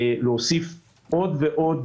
להוסיף עוד ועוד